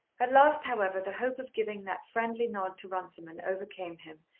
at last, however, the hope of giving that friendly nod to runciman overcame him,